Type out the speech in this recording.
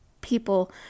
people